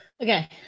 okay